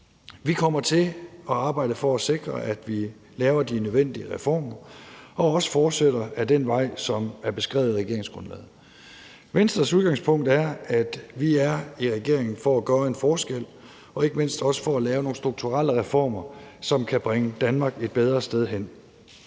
Vi kommer til at arbejde for at sikre, at vi laver de nødvendige reformer og også fortsætter ad den vej, som er beskrevet i regeringsgrundlaget. Venstres udgangspunkt er, at vi er i regeringen for at gøre en forskel og ikke mindst for også at lave nogle strukturelle reformer, som kan bringe Danmark et bedre sted hen.